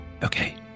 Okay